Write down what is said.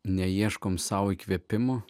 neieškome sau įkvėpimo